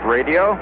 Radio